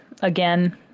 again